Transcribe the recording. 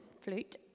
flute